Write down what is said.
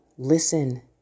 Listen